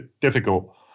difficult